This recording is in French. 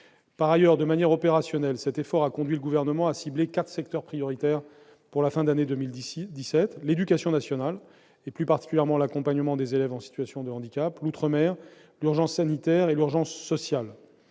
Par ailleurs, de manière opérationnelle, cet effort a conduit le Gouvernement à cibler quatre secteurs prioritaires pour la fin d'année 2017 : l'éducation nationale et plus particulièrement l'accompagnement des élèves en situation de handicap ; l'outre-mer ; l'urgence sanitaire et l'urgence sociale,